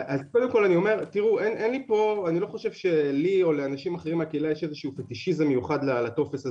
אני לא חושב שלי או לאנשים אחרים מהקהילה יש פטישיזם מיוחד לטופס הזה.